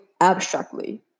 abstractly